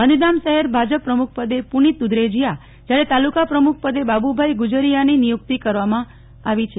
ગાંધીધામ શહેર ભાજપ પ્રમુખપદે પુનિત દુધરેજીયા જ્યારે તાલુકા પ્રમુખ પદે બાબુભાઈ ગુજરીયાની નિયુક્તિ કરવામાં આવી છે